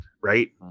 right